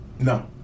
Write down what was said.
No